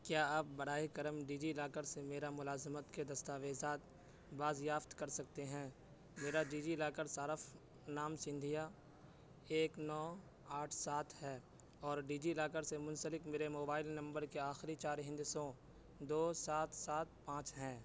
کیا آپ برائے کرم ڈیجی لاکر سے میرا ملازمت کے دستاویزات بازیافت کر سکتے ہیں میرا جیجی لاکر صارف نام سندھیا ایک نو آٹھ سات ہے اور ڈیجی لاکر سے منسلک میرے موبائل نمبر کے آخری چار ہندسوں دو سات سات پانچ ہیں